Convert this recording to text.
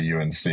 UNC